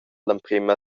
l’emprema